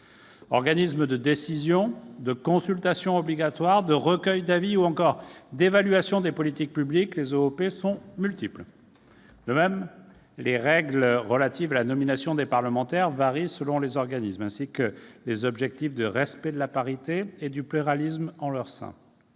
Organismes de décision, de consultation obligatoire, de recueil d'avis ou encore d'évaluation des politiques publiques, les OEP sont multiples. De même, les règles relatives à la nomination des parlementaires varient selon les organismes, ainsi que les objectifs de respect de la parité et du pluralisme en leur sein.